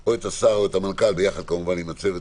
או את השר או את המנכ"ל כמובן יחד עם הצוות